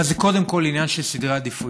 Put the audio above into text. אבל זה קודם כול זה עניין של סדר עדיפויות.